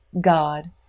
God